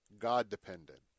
God-dependent